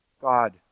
God